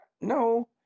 No